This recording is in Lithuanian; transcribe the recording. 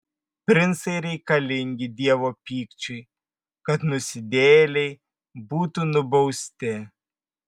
princai reikalingi dievo pykčiui kad nusidėjėliai būtų nubausti